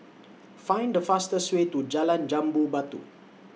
Find The fastest Way to Jalan Jambu Batu